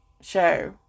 show